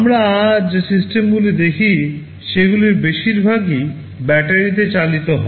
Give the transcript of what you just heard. আমরা আজ যে সিস্টেমগুলি দেখি সেগুলির বেশিরভাগগুলি ব্যাটারিতে চালিত হয়